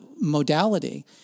modality